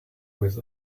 with